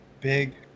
Big